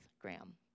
Graham